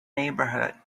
neighborhood